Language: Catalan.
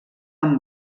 amb